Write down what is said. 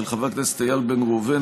של חבר הכנסת איל בן ראובן,